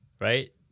right